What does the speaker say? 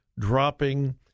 dropping